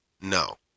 No